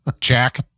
Jack